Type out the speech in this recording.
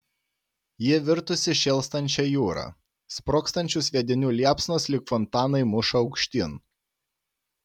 ji virtusi šėlstančia jūra sprogstančių sviedinių liepsnos lyg fontanai muša aukštyn